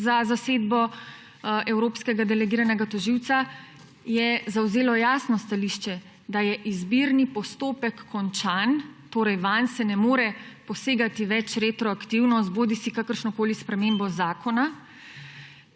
za zasedbo evropskega delegiranega tožilca, je zavzelo jasno stališče, da je izbirni postopek končan, torej se vanj ne more posegati več retroaktivno s kakršnokoli spremembo zakona.